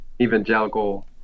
evangelical